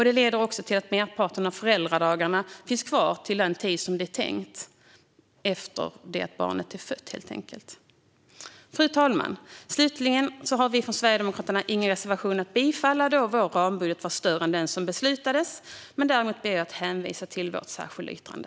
Det leder också till att merparten av föräldradagarna finns kvar till den tid de är tänkta för: efter att barnet är fött. Fru talman! Slutligen har vi från Sverigedemokraterna ingen reservation att yrka bifall till, då vår rambudget var större än den som beslutades om. Däremot ber jag att få hänvisa till vårt särskilda yttrande.